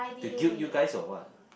to guilt you guys or what